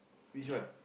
which one